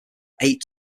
eight